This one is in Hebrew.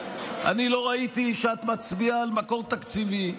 אני לא ראיתי שאת מצביעה על מקור תקציבי.